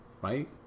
right